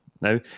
now